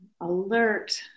alert